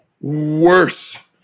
worse